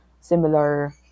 similar